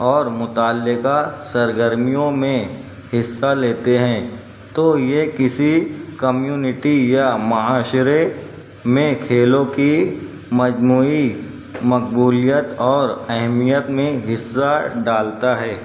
اور متعلقہ سرگرمیوں میں حصہ لیتے ہیں تو یہ کسی کمیونٹی یا معاشرے میں کھیلوں کی مجموعی مقبولیت اور اہمیت میں حصہ ڈالتا ہے